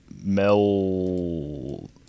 Mel